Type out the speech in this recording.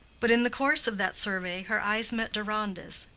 but in the course of that survey her eyes met deronda's,